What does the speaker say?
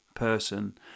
person